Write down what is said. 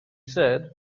said